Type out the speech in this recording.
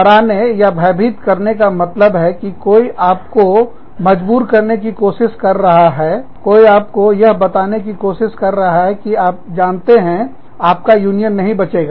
डराने भयभीत करने का मतलब है कि कोई आपको मजबूर करने की कोशिश कर रहा है कोई आपको यह बताने की कोशिश कर रहा है कि आप जानते हैं आपका यूनियन नहीं बचेगा